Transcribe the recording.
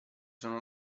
sono